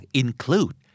include